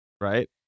Right